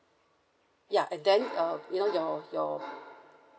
ya and then uh you know your your